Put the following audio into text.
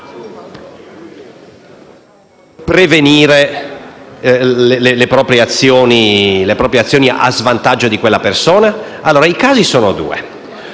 prevenire le proprie azioni a svantaggio di quella persona? I casi sono due: